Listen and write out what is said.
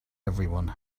everyone